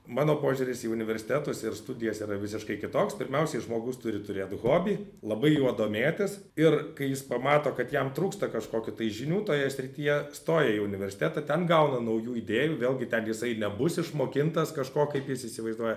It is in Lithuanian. mano požiūris į universitetus ir studijas yra visiškai kitoks pirmiausiai žmogus turi turėt hobį labai juo domėtis ir kai jis pamato kad jam trūksta kažkokių tai žinių toje srityje stoja į universitetą ten gauna naujų idėjų vėlgi ten jisai nebus išmokintas kažko kaip jis įsivaizduoja